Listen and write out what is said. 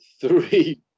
three